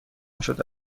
شده